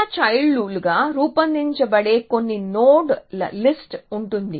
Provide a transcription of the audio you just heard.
చిన్నచైల్డ్ లుగా రూపొందించబడే కొన్ని నోడ్ల లిస్ట్ ఉంటుంది